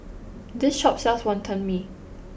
this shop sells Wonton Mee